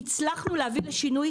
הצלחנו להביא לשינוי,